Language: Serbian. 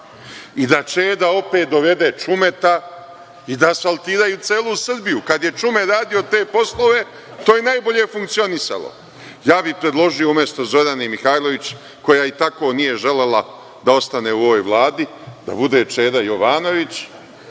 i da Čeda opet dovede Čumeta i da asfaltiraju celu Srbiju. Kad je Čume radio te poslove, to je najbolje funkcionisalo. Ja bih predložio umesto Zorane Mihajlović, koja i tako nije želela da ostane u ovoj Vladi, da bude Čeda Jovanović,